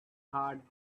heart